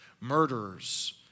murderers